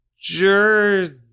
Jersey